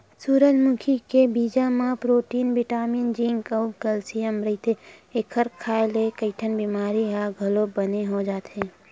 सूरजमुखी के बीजा म प्रोटीन बिटामिन जिंक अउ केल्सियम रहिथे, एखर खांए ले कइठन बिमारी ह घलो बने हो जाथे